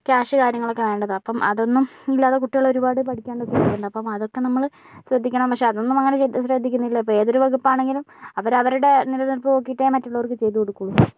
cash കാര്യങ്ങളൊക്കെ വേണ്ടത് അപ്പം അതൊന്നും ഇല്ലാതെ കുട്ടികളൊരുപാട് പഠിക്കാനൊക്കെ വരുന്നുണ്ട് അതൊക്കെ നമ്മള് ശ്രദ്ധിക്കണം പക്ഷെ അതൊന്നും അങ്ങനെ ശ്രദ്ധിക്കുന്നില്ല ഇപ്പോൾ ഏതൊരു വകുപ്പാണെങ്കിലും അവരവരുടെ നില നിൽപ്പ് നോക്കിയിട്ടേ മറ്റുള്ളവർക്ക് ചെയ്തു കൊടുക്കുകയുള്ളു